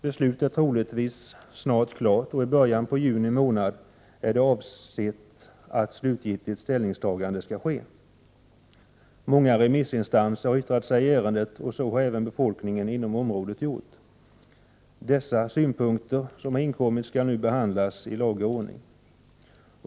Beslutet är troligtvis snart klart, och i början av juni månad är det avsett att slutgiltig ställning skall tas. Många remissinstanser har yttrat sig i ärendet, och det har även befolkningen inom området gjort. De synpunkter som har inkommit skall nu behandlas i laga ordning.